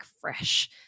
fresh